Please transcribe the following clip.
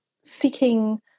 seeking